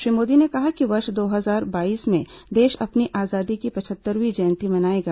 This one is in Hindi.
श्री मोदी ने कहा कि वर्ष दो हजार बाईस में देश अपनी आजादी की पचहत्तरवीं जयंती मनाएगा